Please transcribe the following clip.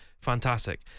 fantastic